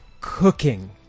cooking